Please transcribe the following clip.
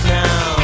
now